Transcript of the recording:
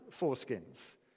foreskins